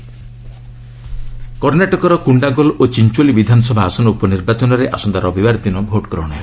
Karnataka by election କର୍ଣ୍ଣାଟକର କୁଣ୍ଡାଗୋଲ୍ ଓ ଚିଞ୍ଚୋଲି ବିଧାନସଭା ଆସନ ଉପନିର୍ବାଚନରେ ଆସନ୍ତା ରବିବାର ଦିନ ଭୋଟ୍ଗ୍ରହଣ ହେବ